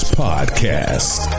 podcast